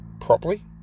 properly